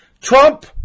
trump